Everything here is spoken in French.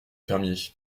fermier